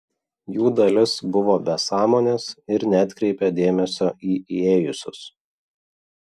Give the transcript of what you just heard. jų dalis buvo be sąmonės ir neatkreipė dėmesio į įėjusius